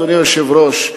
אדוני היושב-ראש,